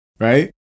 Right